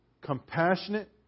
compassionate